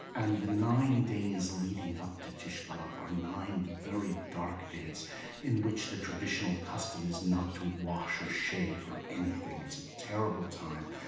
and the nine days leading up to tishah b'av are nine very dark days in which the traditional custom is not to wash or shave or anything. it's a terrible time.